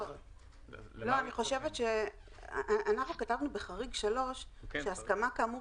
אנחנו כתבנו בחריג 3 ש"הסכמה כאמור